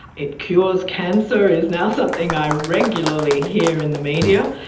it cures cancer is now something i regularly hear in the media,